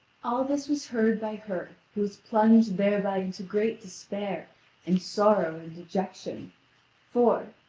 all this was heard by her, who was plunged thereby into great despair and sorrow and dejection for,